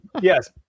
yes